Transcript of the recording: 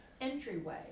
entryway